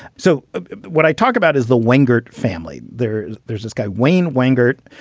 so what i talk about is the wingert family. there there's this guy, wayne wingert,